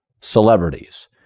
celebrities